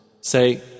Say